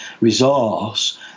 resource